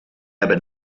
hebben